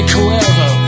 Cuervo